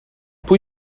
pwy